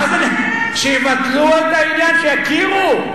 מה זה, שיבטלו את העניין, שיכירו.